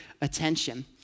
attention